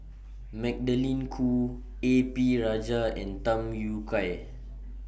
Magdalene Khoo A P Rajah and Tham Yui Kai